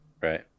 Right